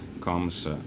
comes